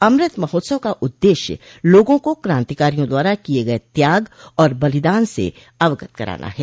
अमृत महोत्सव का उद्देश्य लागों को कांतिकारियों द्वारा किये गये त्याग और बलिदान से अवगत कराना है